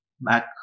back